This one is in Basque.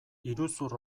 iruzur